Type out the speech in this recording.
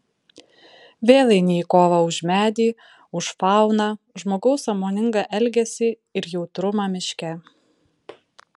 vėl eini į kovą už medį už fauną žmogaus sąmoningą elgesį ir jautrumą miške